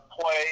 play